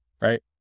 right